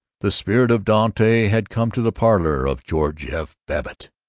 the spirit of dante had come to the parlor of george f. babbitt.